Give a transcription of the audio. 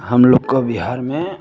हम लोग को बिहार में